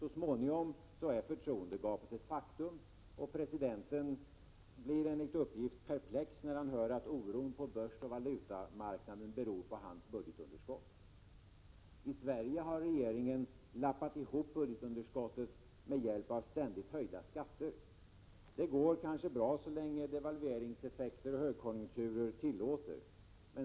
Så småningom är förtroendegapet ett faktum, och presidenten blir enligt uppgift perplex när han hör att oron på börsen och valutamarknaden beror på hans budgetunderskott. I Sverige har regeringen lappat ihop budgetunderskottet med hjälp av ständigt höjda skatter. Det går kanske bra så länge devalveringseffekter och högkonjunktur tillåter det.